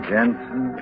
Jensen